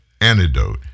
Antidote